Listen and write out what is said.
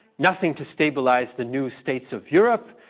nothing to stabilize the new states of europe,